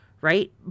Right